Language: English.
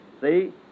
see